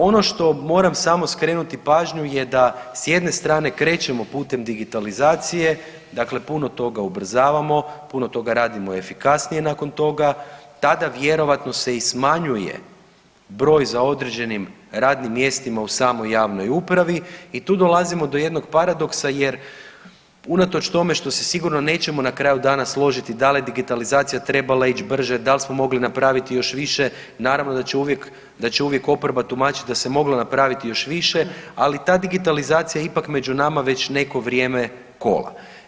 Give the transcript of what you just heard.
Ono što moram samo skrenuti pažnju je da s jedne strane krećemo putem digitalizacije, dakle puno toga ubrzavamo, puno toga radimo efikasnije nakon toga tada vjerojatno se i smanjuje broj za određenim radnim mjestima u samoj javnoj upravi i tu dolazimo do jednog paradoksa jer unatoč tome što se sigurno nećemo na kraju dana složiti da li je digitalizacija trebala ići brže, da li smo mogli napraviti još više, naravno da će uvijek, da će uvijek oporba tumačiti da se moglo napraviti još više, ali ta digitalizacija ipak među nama već neko vrijeme kola.